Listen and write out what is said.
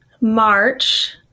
March